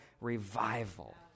revival